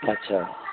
ਅੱਛਾ